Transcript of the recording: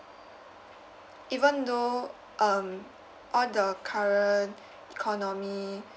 even though um all the current economy